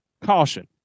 caution